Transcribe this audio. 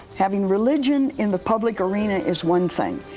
having religion in the public arena is one thing,